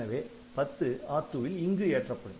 எனவே '10' R2 வில் இங்கு ஏற்றப்படும்